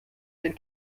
den